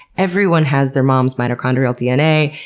everyone has their mom's mitochondrial dna,